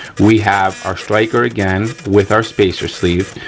we have our striker, again, with our spacer sleeve.